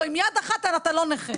לא, עם יד אחת אתה לא נכה.